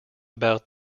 about